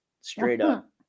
straight-up